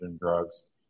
drugs